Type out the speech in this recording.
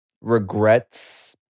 regrets